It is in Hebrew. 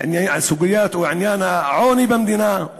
סוגיית או עניין העוני במדינה,